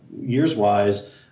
years-wise